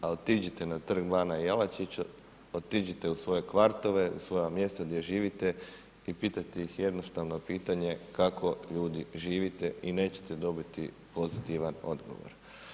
A otiđite na Trg bana Jelačića, otiđe u svoje kvartove, u svoja mjesta gdje živite i pitajte ih jednostavno pitanje, kako ljudi živite i nećete dobiti pozitivan odgovor.